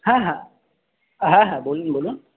হ্যাঁ হ্যাঁ হ্যাঁ হ্যাঁ বলুন বলুন